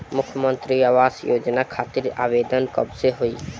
मुख्यमंत्री आवास योजना खातिर आवेदन कब से होई?